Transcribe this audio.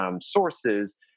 sources